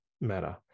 matter